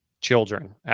children